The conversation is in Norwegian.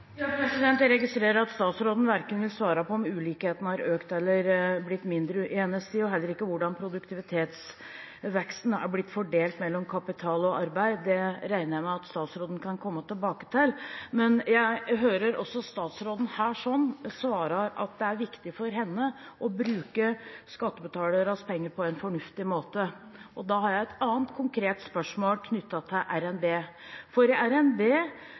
Jeg registrerer at statsråden verken vil svare på om ulikhetene har økt eller har blitt mindre i hennes tid, og heller ikke på hvordan produktivitetsveksten er blitt fordelt mellom kapital og arbeid. Det regner jeg med at statsråden kan komme tilbake til. Men jeg hører også statsråden svare at det er viktig for henne å bruke skattebetalernes penger på en fornuftig måte, og da har jeg et annet konkret spørsmål knyttet til